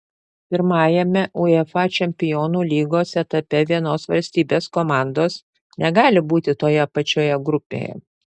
pirmajame uefa čempionų lygos etape vienos valstybės komandos negali būti toje pačioje grupėje